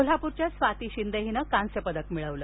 कोल्हापूरच्याच स्वाती शिंदे हिन कांस्य पदक मिळवलं